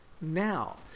now